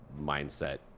mindset